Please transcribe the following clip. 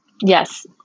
Yes